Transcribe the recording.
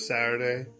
Saturday